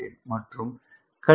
மற்றும் கழித்தல் 0